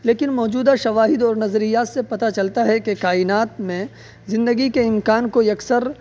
لیکن موجودہ شواہد اور نظریات سے پتا چلتا ہے کہ کائنات میں زندگی کے امکان کو یکسر